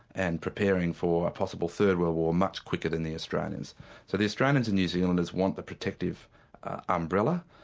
and preparing for a possible third world war much quicker than the australians. so the australians and new zealanders want the protective umbrella,